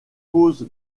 cause